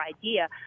idea